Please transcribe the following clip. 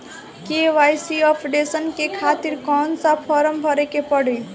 KYC updation के खातिर कौन सा फारम भरे के पड़ी?